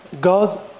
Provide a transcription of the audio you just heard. God